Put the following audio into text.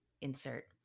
insert